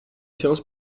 séance